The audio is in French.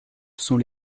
sont